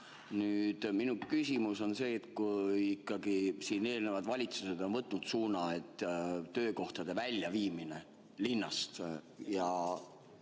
minu küsimus on see, et kui ikkagi eelmised valitsused on võtnud suuna töökohtade väljaviimiseks linnast,